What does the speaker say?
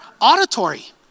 auditory